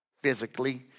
physically